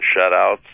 shutouts